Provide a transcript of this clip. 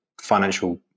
financial